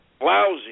lousy